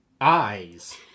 eyes